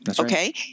Okay